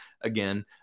again